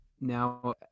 Now